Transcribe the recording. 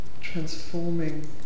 transforming